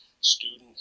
student